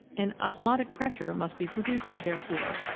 an osmotic pressure must be produced, therefore,